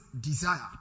desire